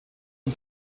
und